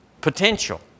potential